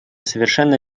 совершенно